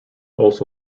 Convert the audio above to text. also